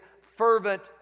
fervent